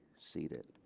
seated